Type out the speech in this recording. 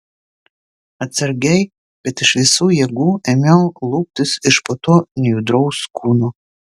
atsargiai bet iš visų jėgų ėmiau luptis iš po to nejudraus kūno